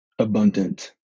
abundant